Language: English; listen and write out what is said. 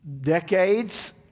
decades